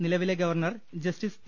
നില വിലെ governor justice P